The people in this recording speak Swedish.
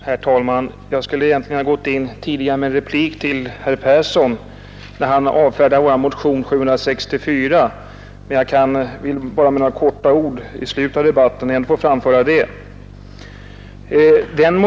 Herr talman! Jag skulle egentligen ha begärt ordet tidigare för en replik till herr Persson i Stockholm, som avfärdade vår motion 764. Jag vill nu i stället i slutet av debatten med några få ord framföra vad jag hade att säga.